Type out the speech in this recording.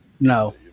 No